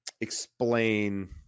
explain